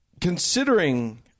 considering